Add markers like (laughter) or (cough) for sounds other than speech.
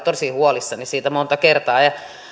(unintelligible) tosi huolissani monta kertaa